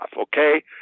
Okay